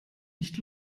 nicht